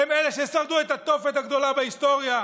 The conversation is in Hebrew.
אלה ששרדו את התופת הגדולה בהיסטוריה,